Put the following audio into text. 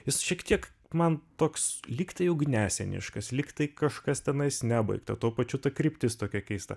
jis šiek tiek man toks lygtai ugniaseniškas lygtai kažkas tenais nebaigta tuo pačiu ta kryptis tokia keista